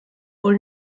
wohl